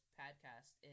podcast